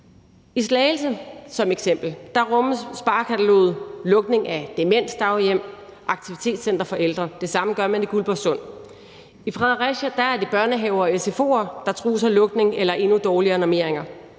et eksempel, rummer sparekataloget lukning af demensdaghjem og aktivitetscentre for ældre. Det samme gør man i Guldborgsund. I Fredericia er det børnehaver og SFO'er, der trues af lukning eller endnu dårligere normeringer.